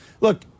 Look